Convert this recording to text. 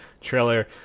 trailer